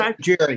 Jerry